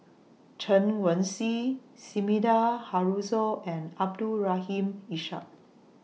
Chen Wen Hsi Sumida Haruzo and Abdul Rahim Ishak